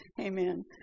amen